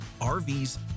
RVs